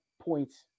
points